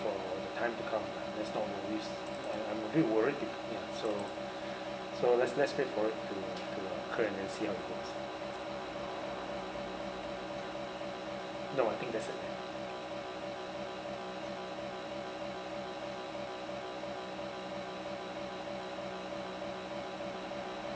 for the time to come lah let's not worries I'm I'm a bit worried so let's let's wait for it to to occur and then see how it goes no I think that's it